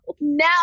now